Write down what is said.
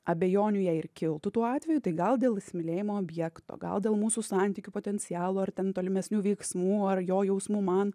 abejonių jei ir kiltų tuo atveju tai gal dėl įsimylėjimo objekto gal dėl mūsų santykių potencialo ar ten tolimesnių veiksmų ar jo jausmų man